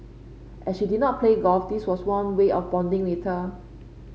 as she did not play golf this was one way of bonding with her